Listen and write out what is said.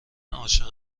عاشق